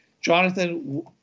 jonathan